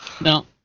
No